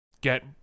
get